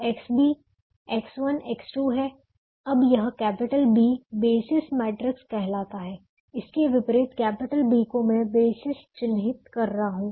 तो XB X1 X2 है अब यह कैपिटल B बेसिस मैट्रिक्स कहलाता है इसके विपरीत कैपिटल B को मैं बेसिस चिन्हित कर रहा हूं